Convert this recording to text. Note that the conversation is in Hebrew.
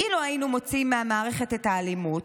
אילו היינו מוציאים מהמערכת את האלימות,